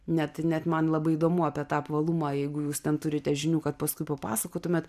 net net man labai įdomu apie tą apvalumą jeigu jūs ten turite žinių kad paskui papasakotumėt